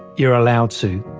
you're allowed to.